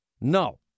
No